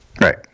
Right